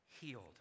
healed